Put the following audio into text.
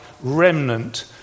remnant